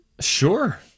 Sure